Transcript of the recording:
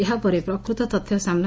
ଏହାପରେ ପ୍ରକୃତ ତଥ୍ୟ ସାମୁ